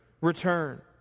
return